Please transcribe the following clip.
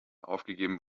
aufgegeben